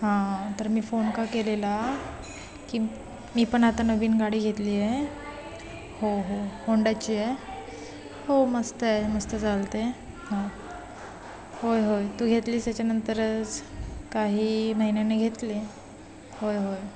हां तर मी फोन का केलेला की मी पण आता नवीन गाडी घेतली आहे हो हो होंडाची आहे हो मस्त आहे मस्त चालते हां होय होय तू घेतलीस त्याच्यानंतरच काही महिन्याने घेतली आहे होय होय